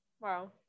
wow